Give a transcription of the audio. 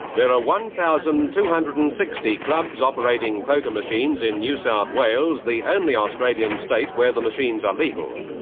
there are one thousand two hundred and sixty clubs operating poker machines in new south wales, the only australian state with the machines are legal.